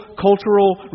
cultural